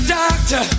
doctor